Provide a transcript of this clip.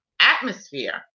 atmosphere